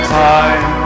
time